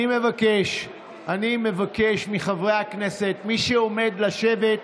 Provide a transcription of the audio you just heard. אני מבקש מחברי הכנסת, מי שעומד, לשבת.